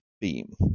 beam